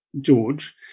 George